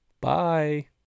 Bye